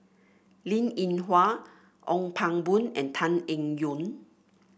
Linn In Hua Ong Pang Boon and Tan Eng Yoon